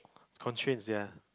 constraints ya